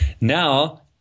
Now